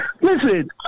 Listen